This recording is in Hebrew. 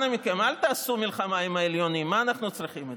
קח מטוס לדובאי, עזוב אותך.